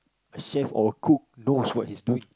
chef or cook knows what he's doing